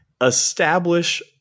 establish